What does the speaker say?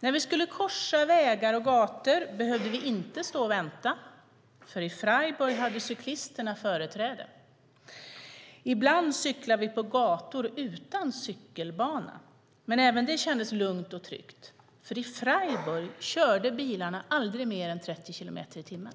När vi skulle korsa vägar och gator behövde vi inte stå och vänta, för i Freiburg har cyklisterna företräde. Ibland cyklade vi på gator utan cykelbana. Men även det kändes lugnt och tryggt, för i Freiburg kör bilarna aldrig mer än 30 kilometer i timmen.